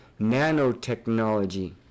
Nanotechnology